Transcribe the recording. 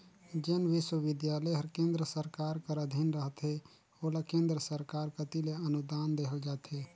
जेन बिस्वबिद्यालय हर केन्द्र सरकार कर अधीन रहथे ओला केन्द्र सरकार कती ले अनुदान देहल जाथे